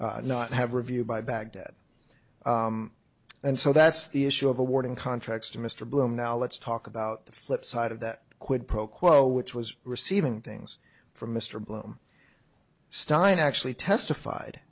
not have reviewed by baghdad and so that's the issue of awarding contracts to mr bloom now let's talk about the flip side of that quid pro quo which was receiving things from mr bloom stein actually testified